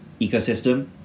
ecosystem